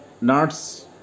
nuts